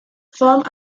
form